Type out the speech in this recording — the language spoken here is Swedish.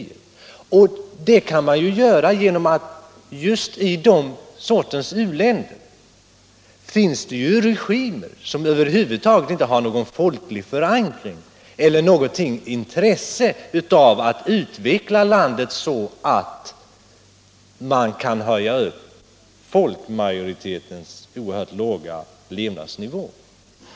Det kan ske därför att det just i den sortens u-länder finns regimer som över huvud taget inte har någon folklig förankring eller något intresse av att utveckla landet, så att man kan höja folkmajoritetens oerhört låga levnadsnivå.